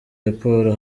raporo